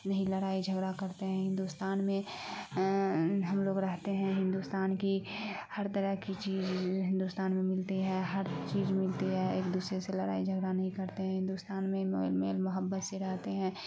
نہیں لڑائی جھگرا کرتے ہیں ہندوستان میں ہم لوگ رہتے ہیں ہندوستان کی ہر طرح کی چیز ہندوستان میں ملتی ہے ہر چیز ملتی ہے ایک دوسرے سے لڑائی جھگڑا نہیں کرتے ہیں ہندوستان میں میل محبت سے رہتے ہیں